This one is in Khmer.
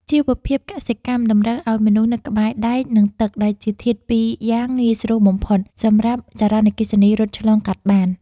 ជីវភាពកសិកម្មតម្រូវឱ្យមនុស្សនៅក្បែរដែក និងទឹកដែលជាធាតុពីរយ៉ាងងាយស្រួលបំផុតសម្រាប់ចរន្តអគ្គិសនីរត់ឆ្លងកាត់បាន។